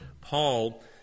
Paul